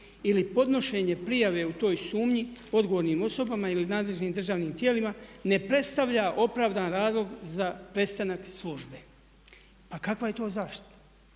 ili podnošenje prijave u toj sumnji odgovornim osobama ili nadležnim državnim tijelima ne predstavlja opravdan razlog za prestanak službe.“ Pa kakva je to zaštita?